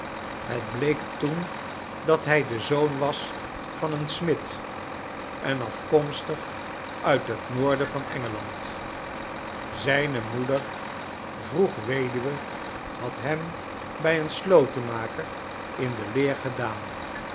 het bleek toen dat hij de zoon was van een smid en afkomstig uit het noorden van engeland zijne moeder vroeg weduwe had hem bij een slotenmaker in de leer gedaan